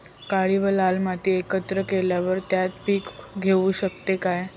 काळी व लाल माती एकत्र केल्यावर त्यात पीक घेऊ शकतो का?